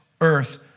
earth